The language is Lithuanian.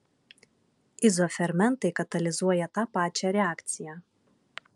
izofermentai katalizuoja tą pačią reakciją